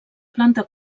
planta